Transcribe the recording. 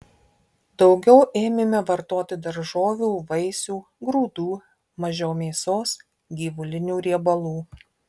daugiau ėmėme vartoti daržovių vaisių grūdų mažiau mėsos gyvulinių riebalų